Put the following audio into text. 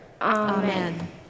Amen